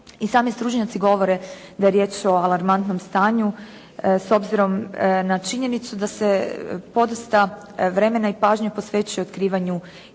I sami stručnjaci govore da je riječ o alarmantnom stanju, s obzirom na činjenicu da se podosta vremena i pažnje posvećuje otkrivanju i